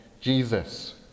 Jesus